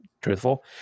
truthful